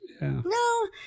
No